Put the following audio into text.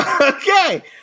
Okay